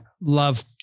love